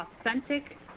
authentic